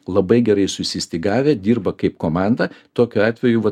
labai gerai susistygavę dirba kaip komanda tokiu atveju